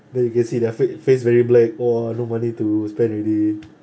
then you can see their fa~ face very black oh no money to spend already